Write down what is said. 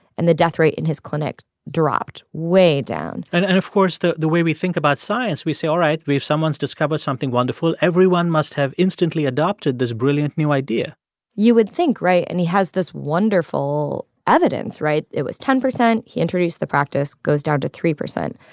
and the death rate in his clinic dropped way down and and, of course, the the way we think about science, we say, all right, we have someone's discovered something wonderful. everyone must have instantly adopted this brilliant, new idea you would think, right? and he has this wonderful evidence, right? it was ten percent, he introduced the practice, goes down to three percent.